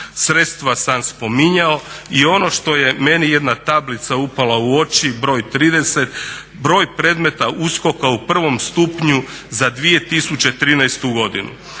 Sredstva sam spominjao i ono što je meni jedna tablica upala u oči br. 30 broj predmeta USKOK-a u prvom stupnju za 2013. godinu.